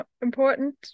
important